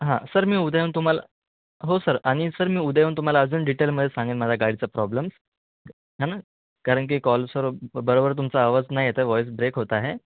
हां सर मी उद्या येऊन तुम्हाला हो सर आणि सर मी उद्या येऊन तुम्हाला अजून डिटेलमध्ये सांगेन माझ्या गाडीचा प्रॉब्लेम्स है ना कारण की कॉल्सवर बरोबर तुमचा आवाज नाही येत आहे व्हॉईस ब्रेक होत आहे